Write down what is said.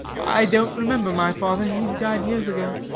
i don't remember my father he died years ago.